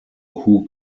who